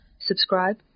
Subscribe